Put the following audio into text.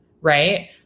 right